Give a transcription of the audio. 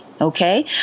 okay